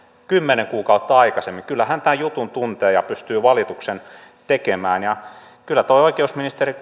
kymmenen kuukautta aikaisemmin kyllä hän tämän jutun tuntee ja pystyy valituksen tekemään ja kyllä tuo oikeusministeri